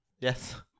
Yes